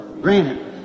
Granted